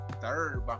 third